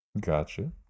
Gotcha